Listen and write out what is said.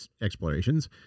explorations